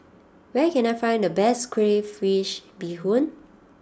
where can I find the best Crayfish Beehoon